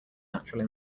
natural